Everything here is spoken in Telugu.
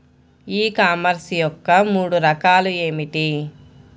ఈ కామర్స్ యొక్క మూడు రకాలు ఏమిటి?